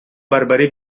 بربری